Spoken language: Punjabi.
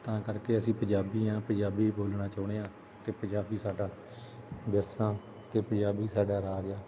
ਤਾਂ ਕਰਕੇ ਅਸੀਂ ਪੰਜਾਬੀ ਆਂ ਪੰਜਾਬੀ ਬੋਲਣਾ ਚਾਹੁੰਦੇ ਹਾਂ ਅਤੇ ਪੰਜਾਬੀ ਸਾਡਾ ਵਿਰਸਾ ਅਤੇ ਪੰਜਾਬੀ ਸਾਡਾ ਰਾਜ ਆ